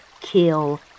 kill